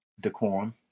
Decorum